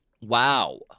Wow